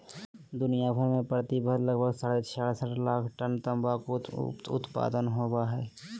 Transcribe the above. दुनिया भर में प्रति वर्ष लगभग साढ़े छियासठ लाख टन तंबाकू उत्पादन होवई हई,